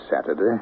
Saturday